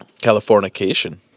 Californication